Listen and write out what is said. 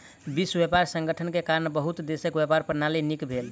विश्व व्यापार संगठन के कारण बहुत देशक व्यापार प्रणाली नीक भेल